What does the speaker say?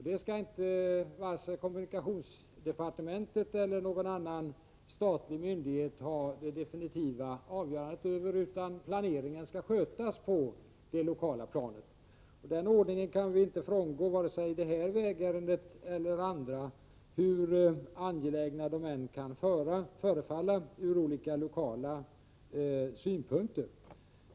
Detta skall inte vare sig kommunikationsdepartementet eller någon annan statlig myndighet ha det definitiva avgörandet över, utan planeringen skall skötas på det lokala planet. Den ordningen kan vi inte frångå vare sig i detta vägärende eller i andra, hur angelägna de än kan förefalla att vara ur lokala synpunkter.